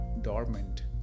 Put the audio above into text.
dormant